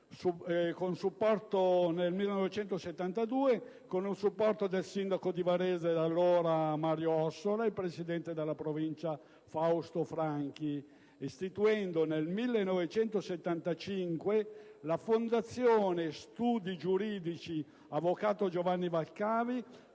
dal 1972, con il supporto dell'allora sindaco di Varese, Mario Ossola e del presidente della Provincia, Fausto Franchi, istituendo nel 1975 la Fondazione studi giuridici avvocato Giovanni Valcavi,